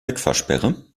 wegfahrsperre